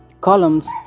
columns